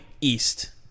East